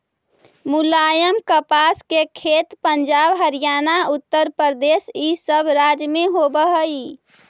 मुलायम कपास के खेत पंजाब, हरियाणा, उत्तरप्रदेश इ सब राज्य में होवे हई